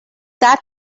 that